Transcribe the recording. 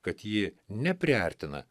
kad ji nepriartina